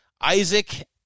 Isaac